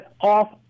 Off